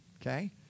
Okay